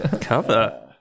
Cover